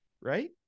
right